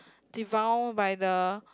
devound by the